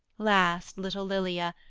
last little lilia,